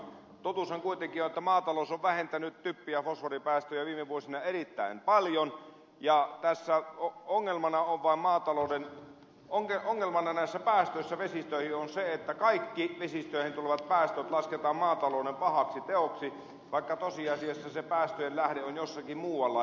totuushan kuitenkin on että maatalous on vähentänyt typpi ja fosforipäästöjä viime vuosina erittäin paljon ja tässä on ongelmana on vain maatalouteen on ongelmana näissä päästöissä vesistöihin on se että kaikki vesistöihin tulevat päästöt lasketaan maatalouden pahaksi teoksi vaikka tosiasiassa se päästöjen lähde on jossakin muualla